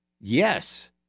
Yes